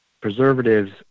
preservatives